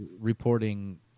reporting